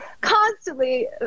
constantly